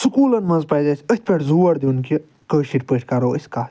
سکوٗلن منٛز پزِ اسہِ اتھ پٮ۪ٹھ زور دیُن کہِ کٲشر پٲٹھۍ کرو أسۍ کتھ